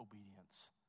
obedience